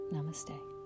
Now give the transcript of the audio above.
Namaste